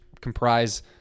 comprise